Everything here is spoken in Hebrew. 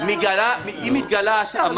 אם לא נגיד שזה סופי,